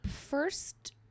first